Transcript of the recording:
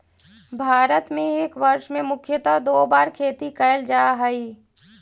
भारत में एक वर्ष में मुख्यतः दो बार खेती कैल जा हइ